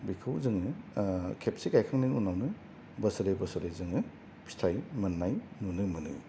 बेखौ जोङो खेबसे गायखांनायनि उनावनो बोसोरै बोसोरै जोङो फिथाय मोननाय नुनो मोनो